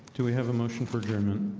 do we have a motion for adjournment?